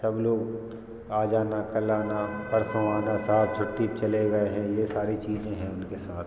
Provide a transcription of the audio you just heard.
सब लोग आज आना कल आना परसों आना साहब छुट्टी पर चले गए हैं ये सारी चीज़ें हैं उनके साथ